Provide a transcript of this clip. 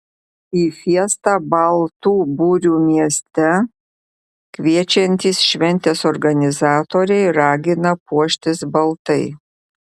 į fiestą baltų burių mieste kviečiantys šventės organizatoriai ragina puoštis baltai